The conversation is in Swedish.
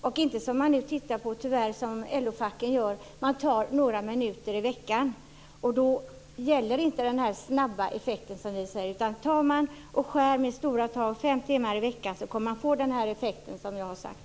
LO-facken tittar nu tyvärr på att endast ta några minuter i veckan, och då blir det inte den snabba effekt som vi vill ha. Tar man i stället och skär med stora tag fem timmar i veckan får man den effekt som jag har sagt.